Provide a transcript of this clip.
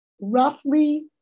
roughly